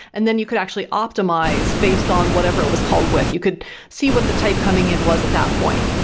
and then you could actually optimize based on whatever it was called with. you could see what the type coming in was at that point.